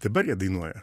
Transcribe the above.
dabar jie dainuoja